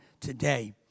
today